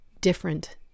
different